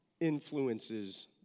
influences